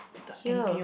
here